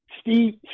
Steve